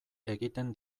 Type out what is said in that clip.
egiten